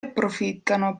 approfittano